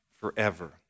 forever